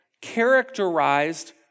characterized